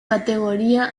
categoría